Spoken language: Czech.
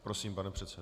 Prosím, pane předsedo.